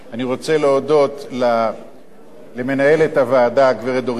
אני רוצה להודות למנהלת הוועדה הגברת דורית ואג,